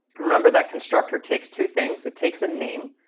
remember, that constructor takes two things. it takes a name,